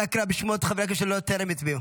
אנא קרא בשמות חברי הכנסת שטרם הצביעו.